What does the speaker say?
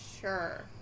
Sure